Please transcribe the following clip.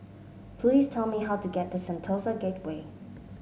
please tell me how to get to Sentosa Gateway